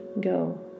go